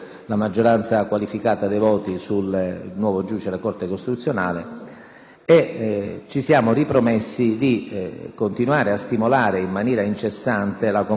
ci siamo ripromessi di continuare a stimolare in maniera incessante la convocazione della Commissione di vigilanza RAI al fine di arrivare ad analogo risultato.